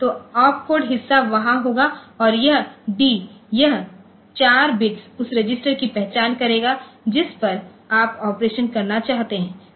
तो ओपकोड हिस्सा वहा होगा और यह d यह 4 बिट्स उस रजिस्टर की पहचान करेगा जिस पर आप ऑपरेशन करना चाहते हैं